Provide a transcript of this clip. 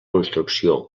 construcció